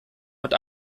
mit